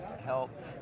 help